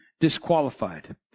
disqualified